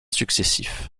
successifs